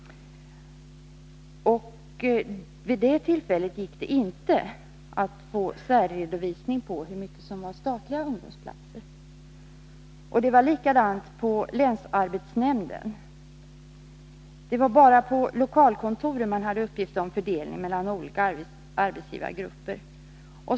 Vid detta tillfälle gick det inte att få en särredovisning av hur mycket som var statliga ungdomsplatser. Det var likadant på länsarbetsnämnden. Endast lokalkontoren hade uppgift om fördelning mellan olika arbetsgivargrupper.